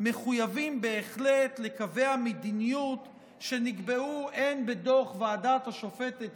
מחויבים בהחלט לקבע מדיניות שנקבעה הן בדוח ועדת השופטת